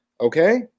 Okay